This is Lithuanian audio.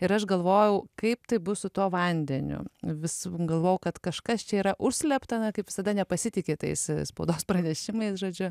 ir aš galvojau kaip tai bus su tuo vandeniu vis galvojau kad kažkas čia yra užslėpta na kaip visada nepasitiki tais spaudos pranešimais žodžiu